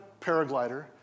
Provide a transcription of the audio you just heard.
paraglider